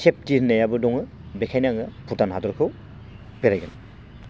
safety होननायाबो दङ बेखायनो आङो भुटान हादरखौ बेरायगोन